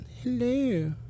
Hello